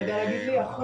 אתה יודע להגיד לי אחוז?